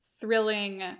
thrilling